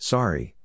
Sorry